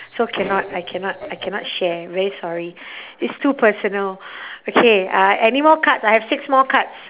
so cannot I cannot I cannot share very sorry it's too personal okay uh any more cards I have six more cards